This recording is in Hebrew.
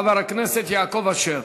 חבר הכנסת יעקב אשר.